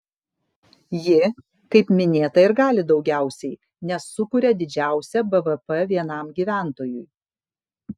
ji kaip minėta ir gali daugiausiai nes sukuria didžiausią bvp vienam gyventojui